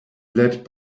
led